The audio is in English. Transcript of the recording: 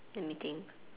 let me think